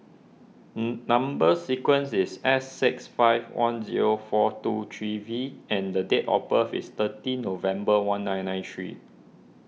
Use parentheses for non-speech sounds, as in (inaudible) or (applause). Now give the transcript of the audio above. (hesitation) Number Sequence is S six five one zero four two three V and the date of birth is thirty November one nine nine three